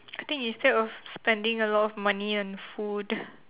I think instead of spending a lot of money on food